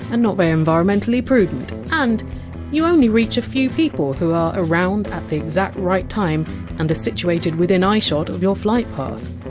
and not very environmentally prudent, and you only reach a few people who are around at the exact right time and are situated within eyeshot of your flight path.